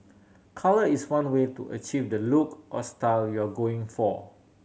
colour is one way to achieve the look or style you're going for